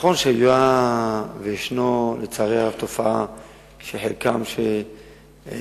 נכון שהיתה וישנה, לצערי הרב, תופעה שחלקם התנצרו,